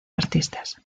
artistas